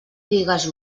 digues